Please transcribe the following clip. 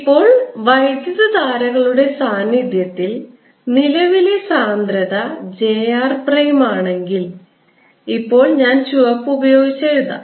ഇപ്പോൾ വൈദ്യുതധാരകളുടെ സാന്നിധ്യത്തിൽ നിലവിലെ സാന്ദ്രത j r പ്രൈം ആണെങ്കിൽ ഇപ്പോൾ ഞാൻ ചുവപ്പ് ഉപയോഗിച്ച് എഴുതട്ടെ